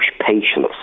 patience